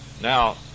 Now